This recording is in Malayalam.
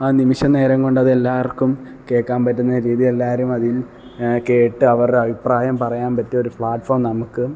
ആ നിമിഷ നേരം കൊണ്ട് അത് എല്ലാവര്ക്കും കേൾക്കാന് പറ്റുന്ന രീതിയില് എല്ലാവരും അതില് കേട്ടു അവരുടെ അഭിപ്രായം പറയാന് പറ്റിയ ഒരു പ്ലാറ്റ്ഫോം നമുക്കും